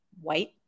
white